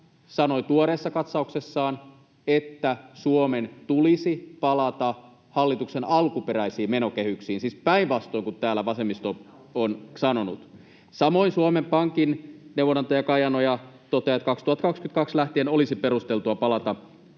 sanoi tuoreessa katsauksessaan, että Suomen tulisi palata hallituksen alkuperäisiin menokehyksiin, siis päinvastoin kuin täällä vasemmisto on sanonut. Samoin Suomen Pankin neuvonantaja Kajanoja toteaa, että vuodesta 2022 lähtien olisi perusteltua palata